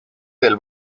del